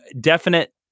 definite